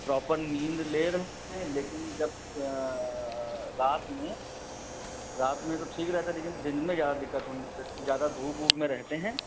proper नींद ले रहे हैं लेकिन जब रात में रात में तो ठीक रहता लेकिन दिन में ज्यादा दिक्कत होने लगती है ज्यादा ज्यादा धूप ऊप में रहते हैं